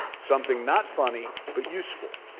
something not funny, but useful?